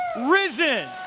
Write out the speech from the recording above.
risen